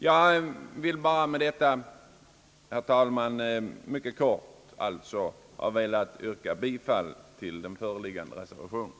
Jag vill, herr talman, med detta korta inlägg yrka bifall till den föreliggande reservationen.